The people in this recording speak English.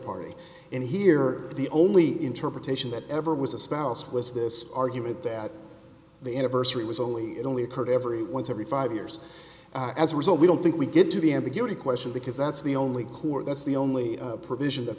party and here the only interpretation that ever was a spouse was this argument that the anniversary was only it only occurred every once every five years as a result we don't think we get to the ambiguity question because that's the only court that's the only provision that